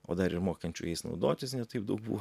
o dar ir mokančių jais naudotis ne taip daug buvo